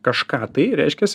kažką tai reiškias